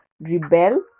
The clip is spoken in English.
rebel